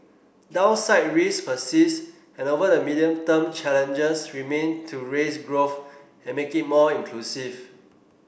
downside risks persist and over the medium term challenges remain to raise growth and make it more inclusive